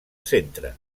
centre